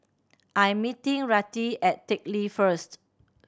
I'm meeting Rettie at Teck Lee first